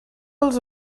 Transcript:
els